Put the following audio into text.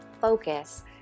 focus